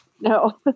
No